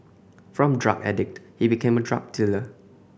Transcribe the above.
from drug addict he became a drug dealer